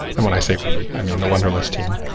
and when i say we, i mean the wunderlist team.